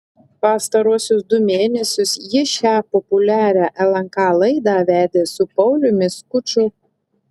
pastaruosius du mėnesius ji šią populiarią lnk laidą vedė su pauliumi skuču